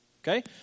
Okay